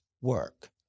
work